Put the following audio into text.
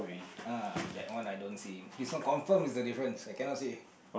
ah that one I don't see this one confirm is the difference I cannot see